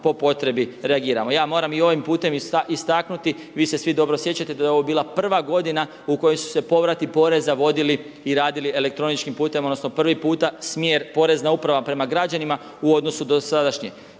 po potrebi reagiramo. Ja moram i ovim putem istaknuti, vi se svi dobro sjećate da je ovo bila prva u kojoj su se povrati poreza vodili i radili elektroničkim putem, odnosno prvi puta smjer porezna uprava prema građanima u odnosu dosadašnje.